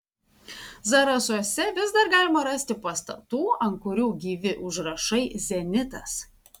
zarasuose vis dar galima rasti pastatų ant kurių gyvi užrašai zenitas